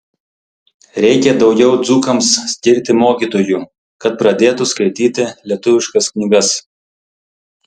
reikia daugiau dzūkams skirti mokytojų kad pradėtų skaityti lietuviškas knygas